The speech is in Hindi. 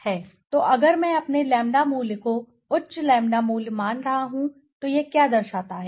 तो अगर मैं अपने लैंबडा मूल्य को उच्च लैंबडा मूल्य मान रहा हूं तो यह क्या दर्शाता है